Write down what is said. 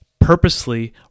purposely